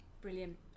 Brilliant